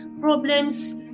problems